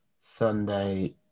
Sunday